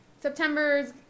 September's